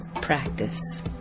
practice